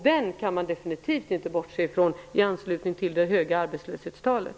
Den kan man definitivt inte bortse från i anslutning till det höga arbetslöshetstalet.